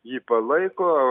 jį palaiko